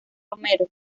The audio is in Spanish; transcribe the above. romero